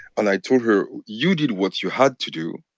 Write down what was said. and i told her, you did what you had to do.